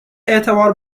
اعتبار